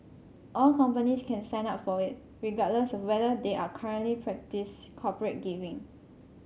all companies can sign up for it regardless of whether they are currently practise corporate giving